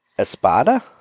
Espada